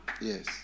Yes